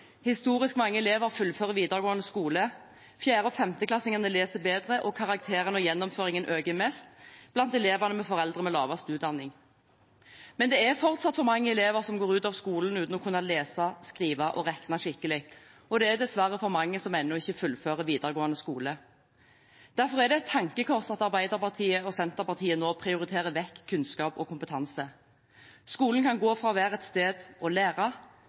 Historisk mange elever fullfører videregående skole, 4.- og 5.-klassingene leser bedre, og karakterene og gjennomføringen øker mest blant elevene med foreldre med lavest utdanning. Men det er fortsatt for mange elever som går ut av skolen uten å kunne lese, skrive og regne skikkelig, og det er ennå dessverre for mange som ikke fullfører videregående skole. Derfor er det et tankekors at Arbeiderpartiet og Senterpartiet nå prioriterer vekk kunnskap og kompetanse. Skolen kan gå fra å være et sted å lære